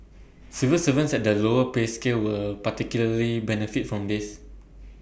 civil servants at the lower pay scale will particularly benefit from this